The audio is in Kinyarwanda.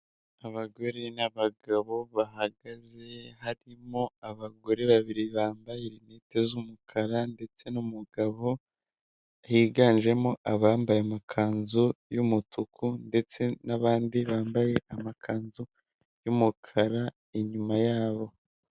Abagore n'abagabo bahagaze harimo abagore babiri bambaye rinete z'umukara ndetse n'umugabo, higanjemo abambaye amakanzu y'umutuku ndetse n'abandi bambaye amakanzu y'umukara inyuma yabo.